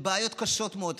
בעיות קשות מאוד.